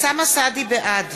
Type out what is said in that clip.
בעד